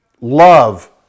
love